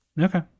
Okay